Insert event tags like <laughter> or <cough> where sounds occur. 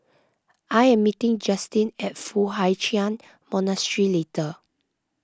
I am meeting Justin at Foo Hai Ch'an Monastery <unintelligible>